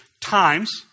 times